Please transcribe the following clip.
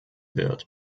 wird